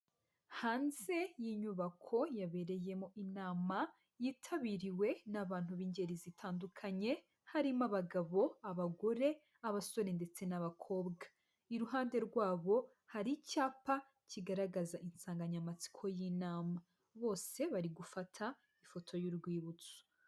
Hanze y'inyubako yabereyemo inama yitabiriwe n'abantu b'ingeri zitandukanye harimo abagabo, abagore n'abasore ndetse n'abakobwa, iruhande rwabo hari icyapa kigaragaza insanganyamatsiko y'inama, bose bari gufata ifoto y'urwibutso.